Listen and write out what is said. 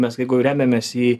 mes remiamės į